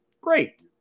Great